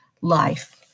life